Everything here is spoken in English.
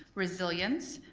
resilience,